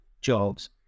jobs